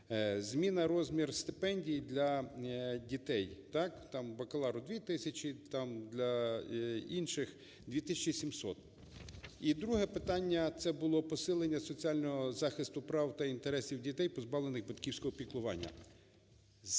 Зміна розміру стипендій для дітей, так, там бакалавру – 2 тисячі, там для інших – 2 тисячі 700. І друге питання, це було посилення соціального захисту прав та інтересів дітей, позбавлених батьківського піклування.